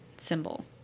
symbol